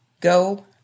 Go